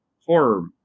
horror